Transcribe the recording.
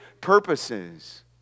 purposes